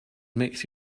makes